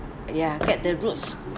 ya get the roots